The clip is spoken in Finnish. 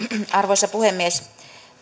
arvoisa puhemies